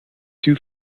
two